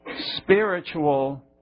spiritual